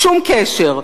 שום קשר.